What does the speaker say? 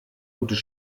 gutes